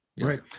Right